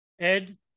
Ed